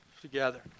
together